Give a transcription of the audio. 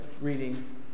reading